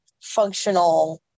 functional